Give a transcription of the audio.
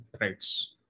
rights